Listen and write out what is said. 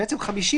בעצם,